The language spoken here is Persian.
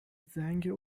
زنگ